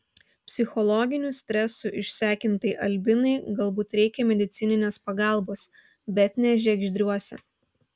psichologinių stresų išsekintai albinai galbūt reikia medicininės pagalbos bet ne žiegždriuose